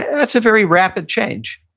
that's a very rapid change